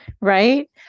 right